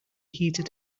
heated